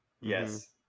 Yes